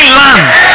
land